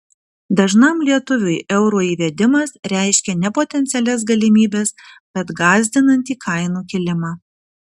dažnam lietuviui euro įvedimas reiškia ne potencialias galimybes bet gąsdinantį kainų kilimą